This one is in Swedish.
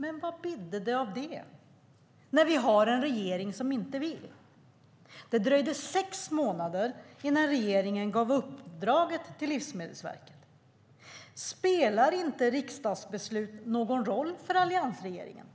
Men vad "bidde" det av det, när vi har en regering som inte vill? Det dröjde sex månader innan regeringen gav uppdraget till Livsmedelsverket. Spelar inte riksdagsbeslut någon roll för alliansregeringen?